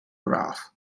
graf